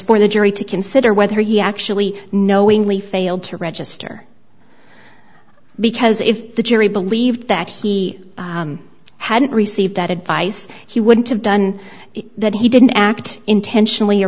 for the jury to consider whether he actually knowingly failed to register because if the jury believed that he hadn't received that advice he wouldn't have done it that he didn't act intentionally or